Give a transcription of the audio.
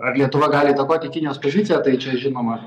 ar lietuva gali įtakoti kinijos poziciją tai čia žinoma